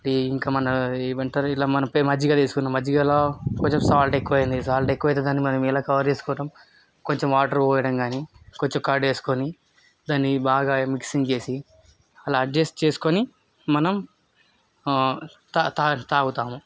tea ఇంకా మన ఏమంటారు ఇలా మన పే మజ్జిగ చేసుకున్నాం మజ్జిగలో కొంచం సాల్ట్ ఎక్కువైంది సాల్ట్ ఎక్కువైతే దాన్ని మనం ఎలా కవర్ చేసుకుంటాం కొంచం వాటర్ పోయటం కాని కొంచం కర్డ్ వేస్కోని దాన్ని బాగా మిక్సింగ్ చేసి అలా ఎడ్జెస్ట్ చేస్కొని మనం తా తా తాగుతాము